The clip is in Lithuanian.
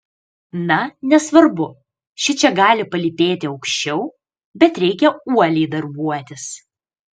na nesvarbu šičia gali palypėti aukščiau bet reikia uoliai darbuotis